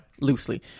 Loosely